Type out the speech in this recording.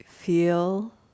Feel